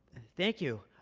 thank you.